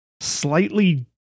slightly